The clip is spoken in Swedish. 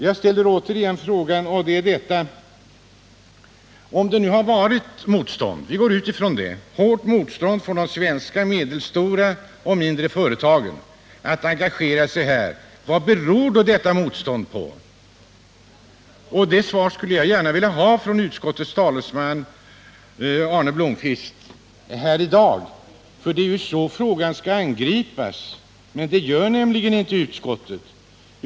Jag ställer återigen frågan: Om det — vi utgår från detta — har varit hårt motstånd från de svenska medelstora och mindre företagen mot att här engagera sig, vad beror då detta motstånd på? Ett svar på den frågan skulle jag gärna vilja ha i dag från utskottets talesman Arne Blomkvist. Det är ju så frågan skall angripas, men det gör inte utskottet.